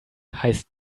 heißt